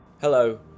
Hello